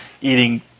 eating